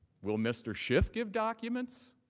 while mr. schiff give documents?